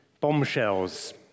bombshells